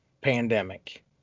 pandemic